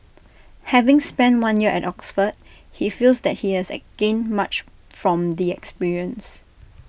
having spent one year at Oxford he feels that he has gained much from the experience